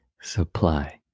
supply